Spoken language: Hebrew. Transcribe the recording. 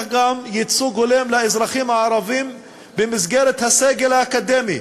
גם ייצוג הולם לאזרחים הערבים במסגרת הסגל האקדמי.